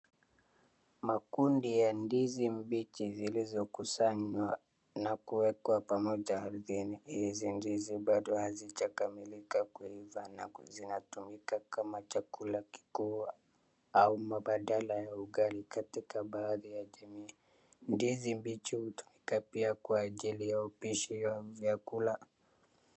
Makundi ya ndizi mbichi zilizokusanywa na kuwekwa pamoja ardhini. Hizi ndizi bado hazijakamilika kuiva na zinatumika kama chakula kikuu au mabadala wa ugali katika baadhi ya jamii. Ndizi mbichi hutumika pia kwa ajili ya upishi wa vyakula.